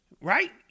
Right